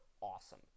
awesome